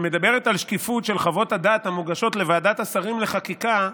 שמדברת על שקיפות של חוות הדעת המוגשות לוועדת השרים לחקיקה,